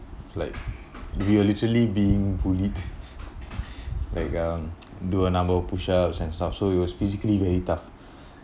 like we are literally being bullied like um do a number of push ups and stuff so it was physically very tough